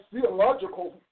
theological